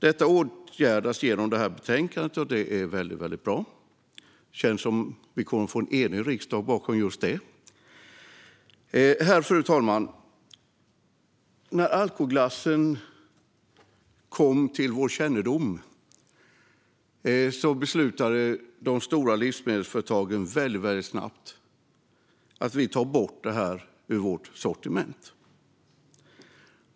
Detta åtgärdas genom betänkandet, och det är bra. Det känns som att vi kommer att få en enig riksdag bakom detta. Fru talman! När alkoglassen kom till vår kännedom beslutade de stora livsmedelsföretagen snabbt att ta bort den ur sitt sortiment.